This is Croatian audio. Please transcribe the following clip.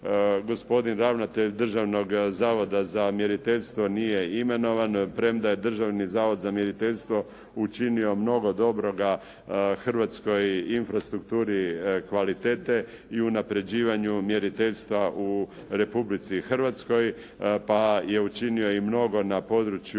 gospodin ravnatelj Državnog zavoda za mjeriteljstvo nije imenovan premda je Državni zavod za mjeriteljstvo učinio mnogo dobroga hrvatskoj infrastrukturi kvalitete i unapređivanju mjeriteljstva u Republici Hrvatskoj, pa je učinio mnogo na području